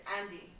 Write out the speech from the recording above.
Andy